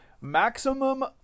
maximum